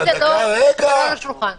כאן מדובר על משהו יותר ספציפי.